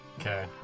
Okay